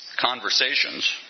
conversations